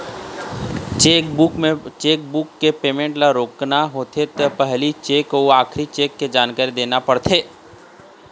chequebook के payment ल रोकना होथे त पहिली चेक अउ आखरी चेक के जानकारी देना परथे